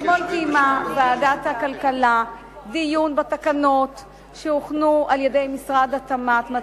אתמול קיימה ועדת הכלכלה דיון בתקנות שהוכנו על-ידי משרד התמ"ת,